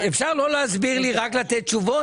אפשר לא להסביר לי אלא רק לתת תשובות?